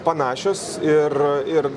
panašios ir ir